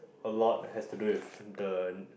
a lot has to do with the